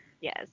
Yes